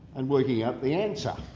and working out the answer.